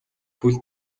хөл